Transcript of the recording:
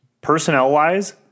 Personnel-wise